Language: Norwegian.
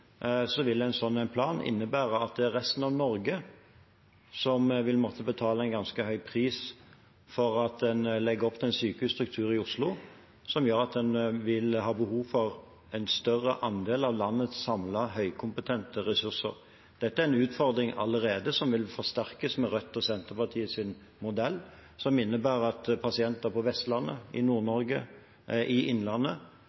vil en sånn plan innebære at det er resten av Norge som vil måtte betale en ganske høy pris for at en legger opp til en sykehusstruktur i Oslo som gjør at en vil ha behov for en større andel av landets samlede høykompetente ressurser. Dette er en utfordring allerede, og den vil forsterkes med Rødt og Senterpartiets modell, som innebærer at pasienter på Vestlandet, i